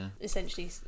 Essentially